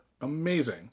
amazing